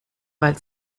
weil